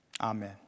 Amen